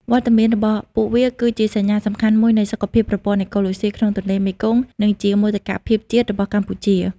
វត្តមានរបស់ពួកវាគឺជាសញ្ញាសំខាន់មួយនៃសុខភាពប្រព័ន្ធអេកូឡូស៊ីក្នុងទន្លេមេគង្គ និងជាមោទកភាពជាតិរបស់កម្ពុជា។